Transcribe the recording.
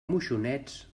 moixonets